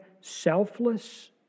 selfless